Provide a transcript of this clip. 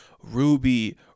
Ruby